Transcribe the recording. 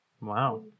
Wow